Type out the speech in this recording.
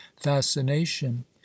fascination